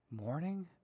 morning